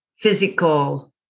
physical